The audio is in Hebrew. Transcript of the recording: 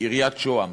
עיריית שוהם,